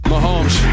Mahomes